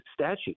statute